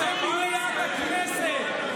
אתם במליאת הכנסת.